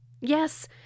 Yes